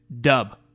dub